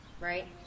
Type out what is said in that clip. right